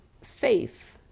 faith